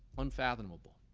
unfathomable.